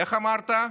איך אמרת?